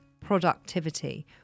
productivity